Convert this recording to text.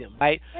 right